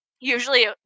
usually